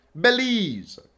Belize